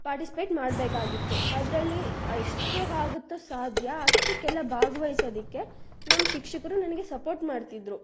participate ಮಾಡಬೇಕಾಗಿತ್ತು ಅದ್ರಲ್ಲಿ ಎಷ್ಟು ಆಗತ್ತೊ ಸಾಧ್ಯ ಅಷ್ಟಕ್ಕೆಲ್ಲ ಭಾಗ್ವಹಿಸೋದಕ್ಕೆ ನಮ್ಮ ಶಿಕ್ಷಕರು ನನಗೆ ಸಪೋರ್ಟ್ ಮಾಡ್ತಿದ್ದರು